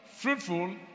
fruitful